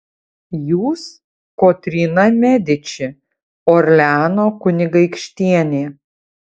jūs kotryna mediči orleano kunigaikštienė